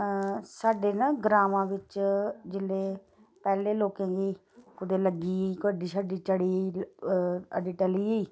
साड्डे ना ग्रामां बिच्च जेल्लै पैह्ले लोकें गी कुतै लग्गी गेई कोई हड्डी छड्डी चढ़ी गेई हड्डी टली गेई